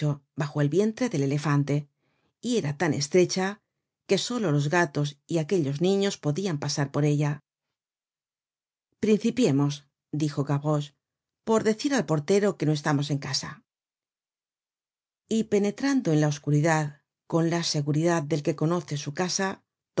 bajo el vientre del elefante y era tan estrecha que solo los gatos ó aquellos niños podrian pasar por ella principiemos dijo gavroche por decir al portero que no estamos en casa y penetrando en la oscuridad con la seguridad del que conoce su casa